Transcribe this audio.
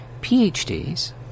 PhDs